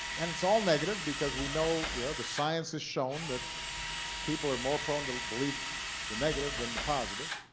and it's all negative because we know the ah the science has shown that people are more prone to believe the negative than the positive.